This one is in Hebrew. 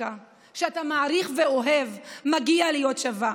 שאתה מעריך ואוהב, מגיע להיות שווה.